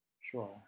Sure